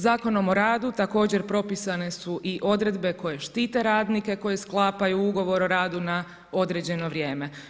Zakonom o radu, također propisane su i odredbe koje štite radnike koje sklapaju ugovor o radu na određeno vrijeme.